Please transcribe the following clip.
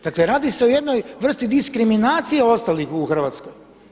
Dakle, radi se o jednoj vrsti diskriminacije ostalih u Hrvatskoj.